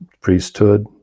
priesthood